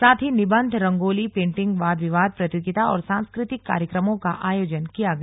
साथ ही निबंध रंगोली पेंटिंग वाद विवाद प्रतियोगिता और सांस्कृतिक कार्यक्रमों का आयोजन किया गया